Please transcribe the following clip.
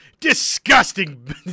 disgusting